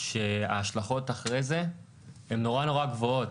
שההשלכות אחרי זה הן נורא נורא גבוהות.